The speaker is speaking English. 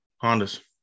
Honda's